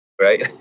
Right